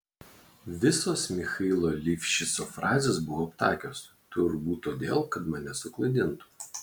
visos michailo livšico frazės buvo aptakios turbūt todėl kad mane suklaidintų